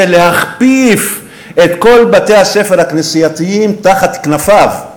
רוצה להכפיף את כל בתי-הספר הכנסייתיים תחת כנפיו,